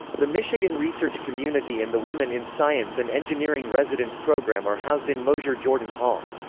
the michigan research community and the women in science and engineering residence program are housed in mosher-jordan hall.